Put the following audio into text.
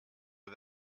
der